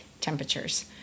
temperatures